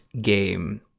game